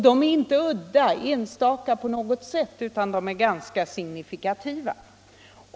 De är inte udda på något sätt, utan de är ganska signifikativa.